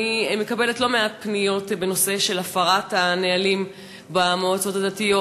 אני מקבלת לא-מעט פניות בנושא של הפרת הנהלים במועצות הדתיות.